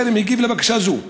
טרם הגיב על בקשה זו.